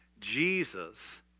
Jesus